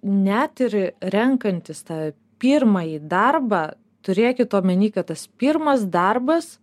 net ir renkantis tą pirmąjį darbą turėkit omeny kad tas pirmas darbas